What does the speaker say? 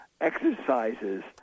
exercises